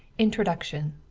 introduction